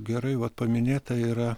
gerai vat paminėta yra